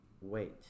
wait